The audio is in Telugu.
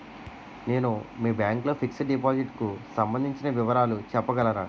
నేను మీ బ్యాంక్ లో ఫిక్సడ్ డెపోసిట్ కు సంబందించిన వివరాలు చెప్పగలరా?